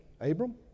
Abram